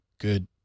good